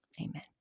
Amen